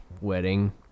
wedding